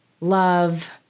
Love